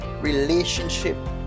relationship